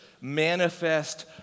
manifest